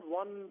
one